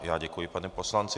Já děkuji, panu poslanci.